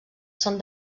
són